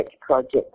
project